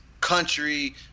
country